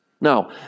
Now